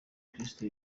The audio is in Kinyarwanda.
kristo